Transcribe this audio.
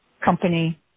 company